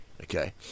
okay